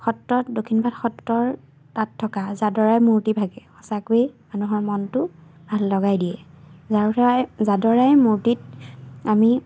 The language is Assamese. সত্ৰত দক্ষিণ পাট সত্ৰৰ তাত থকা জাদৰাই মূৰ্তি ভাগে সঁচাকৈয়ে মানুহৰ মনটো ভাল লগাই দিয়ে জাদৰাই মূৰ্তিত আমি